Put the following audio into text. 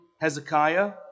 Hezekiah